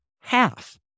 Half